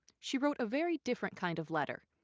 she wrote a very different kind of letter,